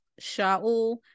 Shaul